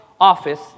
office